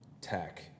tech